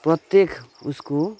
प्रत्येक उसको